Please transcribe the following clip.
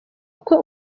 uko